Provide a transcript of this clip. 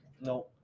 No